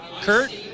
Kurt